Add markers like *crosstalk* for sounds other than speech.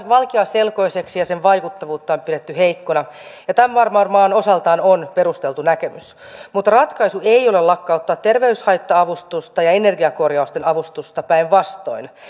*unintelligible* vaikeaselkoiseksi ja sen vaikuttavuutta on pidetty heikkona ja tämä varmaan osaltaan on perusteltu näkemys mutta ratkaisu ei ole lakkauttaa terveyshaitta avustusta ja energiakorjausten avustusta päinvastoin